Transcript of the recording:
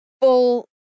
full